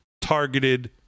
targeted